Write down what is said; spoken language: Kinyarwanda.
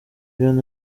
john